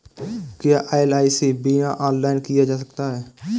क्या एल.आई.सी बीमा ऑनलाइन किया जा सकता है?